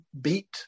beat